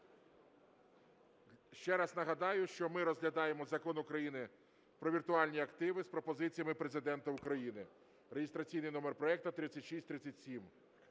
Ще раз нагадаю, що ми розглядаємо Закон України "Про віртуальні активи" з пропозиціями Президента України (реєстраційний номер проекту 3637).